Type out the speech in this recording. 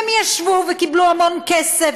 והם ישבו וקיבלו המון כסף,